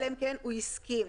אלא אם הוא הסכים.